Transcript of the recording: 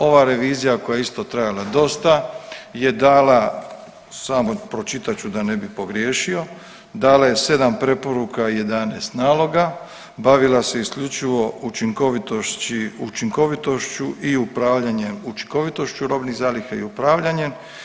Ova revizija koja je isto trajala dosta je dala samo pročitat ću da ne bih pogriješio, dala je 7 preporuka i 11 naloga, bavila se isključivo učinkovitošću i upravljanjem, učinkovitošću robnih zaliha i upravljanjem.